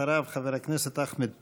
אחריו, חבר הכנסת אחמד טיבי.